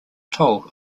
toll